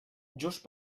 just